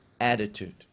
attitude